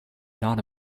not